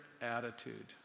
attitude